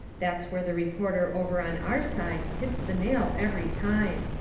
that's where the reporter over on our side hits the nail every time.